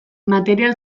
material